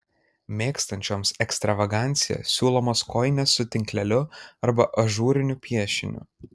mėgstančioms ekstravaganciją siūlomos kojinės su tinkleliu arba ažūriniu piešiniu